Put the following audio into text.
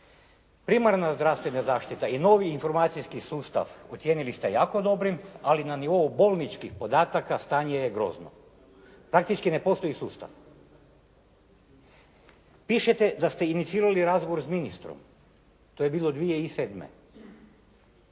Primarna zdravstvena zaštita i novi informacijski sustav ocijenili ste jako dobrim, ali na nivou bolničkih podataka stanje je grozno. Praktički ne postoji sustav. Pišete da ste inicirali razgovor s ministrom. To je bilo 2007.